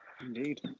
Indeed